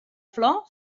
flor